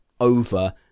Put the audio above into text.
over